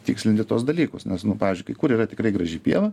tikslinti tuos dalykus nes nu pavyzdžiui kai kur yra tikrai graži pieva